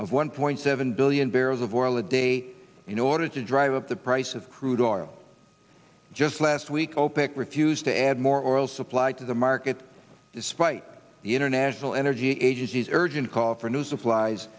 of one point seven billion barrels of oil a day in order to drive up the price of crude oil just last week opec refused to add more oil supply to the market despite the international energy agency's urgent call for new supplies